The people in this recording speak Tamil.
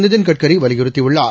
நிதின் கட்கரிவலியுறுத்தியுள்ளார்